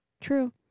true